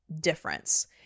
difference